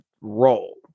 role